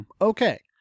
Okay